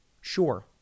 Sure